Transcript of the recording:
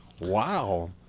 Wow